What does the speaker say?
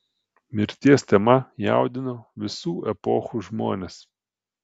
mirties tema jaudino visų epochų žmones